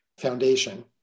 foundation